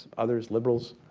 others, liberals,